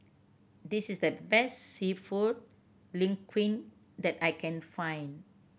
this is the best Seafood Linguine that I can find